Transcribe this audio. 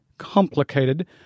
complicated